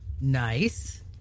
nice